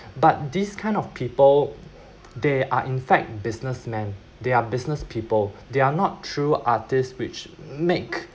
but these kind of people they are in fact businessman they're business people they‘re not true artist which make